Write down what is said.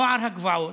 נוער הגבעות,